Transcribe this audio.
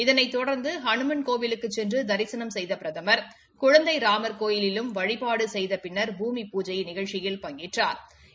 இதனைத் தொடர்ந்து அனுமன் கோவிலுக்கு கென்று தரிசனம் செய்த பிரதமர் குழந்தை ராமர் கோவிலிலும் வழிபாடு செய்த பின்னா் பூமி பூஜை நிகழ்ச்சியில் பங்கேற்றாா்